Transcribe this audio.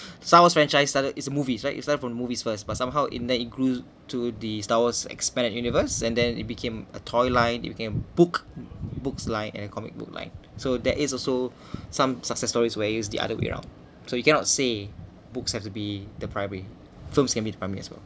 star wars franchise started is a movies right it started from movies first but somehow in there it grew to the star wars expanded universe and then it became a toy line it became book books line and the comic book line so there is also some success stories where use the other way round so you cannot say books have to be the primary films can be the primary as well